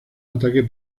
ataque